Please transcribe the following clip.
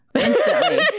instantly